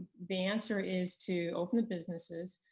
the answer is to open up businesses,